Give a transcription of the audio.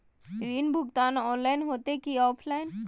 ऋण भुगतान ऑनलाइन होते की ऑफलाइन?